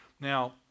Now